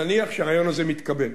נניח שהרעיון הזה מתקבל.